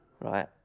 Right